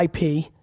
IP